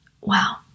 wow